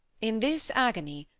in this agony,